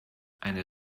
eine